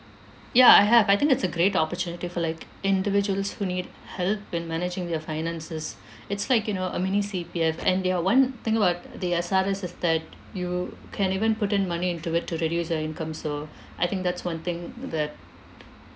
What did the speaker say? ya I have I think it's a great opportunity for like individuals who need help in managing their finances it's like you know a mini C_P_F and they are one thing about the S_R_S is that you can even put in money into it to reduce your income so I think that's one thing that